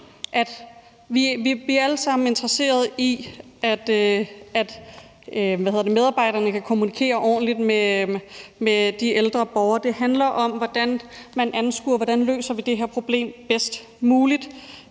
er interesserede i, at medarbejderne kan kommunikere ordentligt med de ældre borgere. Det handler om, hvordan man anskuer og løser det her problem bedst muligt